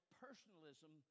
personalism